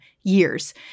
years